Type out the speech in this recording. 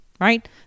right